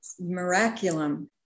Miraculum